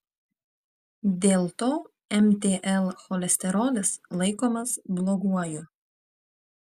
dėl to mtl cholesterolis laikomas bloguoju